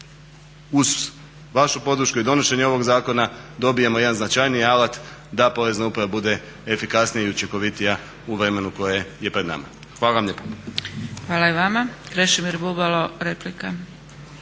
uz vašu podršku i donošenje ovog zakona dobijemo jedan značajniji alat da Porezna uprava bude efikasnija i učinkovitija u vremenu koje je pred nama. Hvala vam lijepa. **Zgrebec, Dragica (SDP)** Hvala i vama. Krešimir Bubalo, replika.